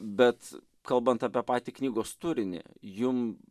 bet kalbant apie patį knygos turinį jum